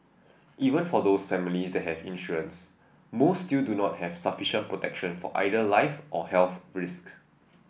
even for those families that have insurance most still do not have sufficient protection for either life or health risk